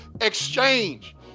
exchange